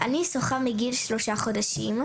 אני שוחה מגיל שלושה חודשים,